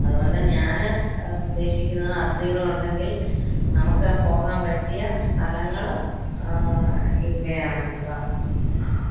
അതുകൊണ്ട് ഞാന് ഉദ്ദേശിക്കുന്നത് അതിഥികളുണ്ടെങ്കിൽ നമുക്ക് പോകാൻ പറ്റിയ സ്ഥലങ്ങള് ഇവയാണ് ഇവ മൂന്നെണ്ണം